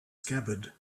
scabbard